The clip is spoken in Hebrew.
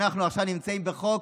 אנחנו עכשיו נמצאים בחוק.